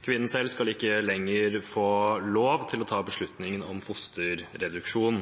Kvinnen selv skal ikke lenger få lov til å ta beslutningen om fosterreduksjon.